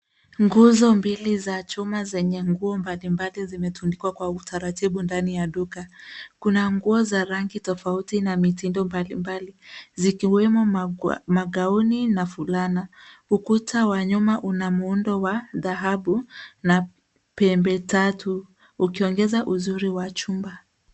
Nguzo mbili za chuma zenye nguo mbalimbali zimetundikwa kwa utaratibu ndani ya duka. Kuna nguo za rangi tofauti na mitindo mbalimbali zikiwemo magauni na fulana. Ukuta wa nyuma una muundo wa dhahabu na pembe tatu ukiongeza uzuri wa chumba.